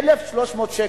1,300 שקל.